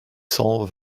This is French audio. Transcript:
cent